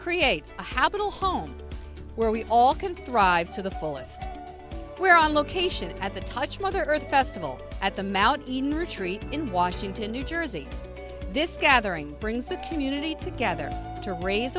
create a habit a home where we all can thrive to the fullest we're on location at the touch mother earth festival at the met in washington new jersey this gathering brings the community together to raise